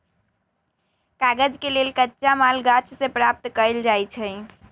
कागज के लेल कच्चा माल गाछ से प्राप्त कएल जाइ छइ